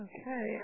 Okay